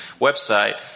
website